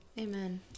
Amen